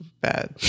bad